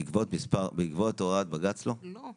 בעקבות הוראת בג"צ, לא.